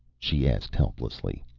she asked helplessly.